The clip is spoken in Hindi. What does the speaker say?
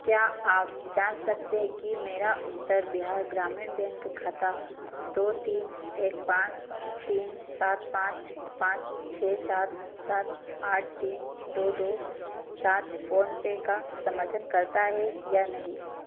क्या आप जाँच सकते हैं कि मेरा उत्तर बिहार ग्रामीण बैंक खाता दो तीन एक पाँच तीन सात पाँच पाँच छः सात सात आठ तीन दो दो सात फ़ोनपे का समर्थन करता है या नहीं